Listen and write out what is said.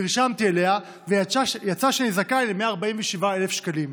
נרשמתי אליה, ויצא שאני זכאי ל-147,000 שקלים.